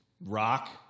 rock